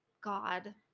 god